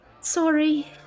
Sorry